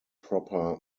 proper